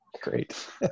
Great